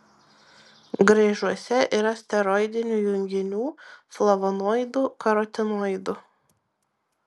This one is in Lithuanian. graižuose yra steroidinių junginių flavonoidų karotinoidų